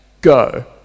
Go